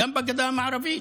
גם בגדה המערבית,